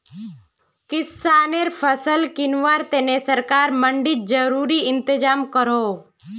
किस्सानेर फसल किंवार तने सरकार मंडित ज़रूरी इंतज़ाम करोह